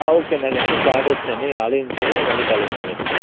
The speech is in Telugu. ఓకే అండి నాకు మొత్తం క్లారిటీ వచ్చింది ఆలోచించాక నేను మళ్ళీ కాల్ చేస్తాను మీకు